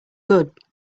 good